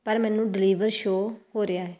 ਪਰ ਮੈਨੂੰ deliver show ਹੋ ਰਿਹਾ